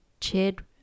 cheered